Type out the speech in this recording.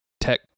tech